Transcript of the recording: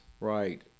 Right